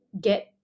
get